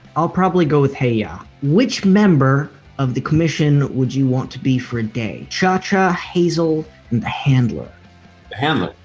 i'll probably go with hey ya. which member of the commission would you want to be for a day? cha-cha, hazel, and the handler? the handler.